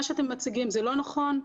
מה שאתם מציגים זה לא נכון.